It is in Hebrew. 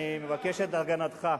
אני מבקש את הגנתך,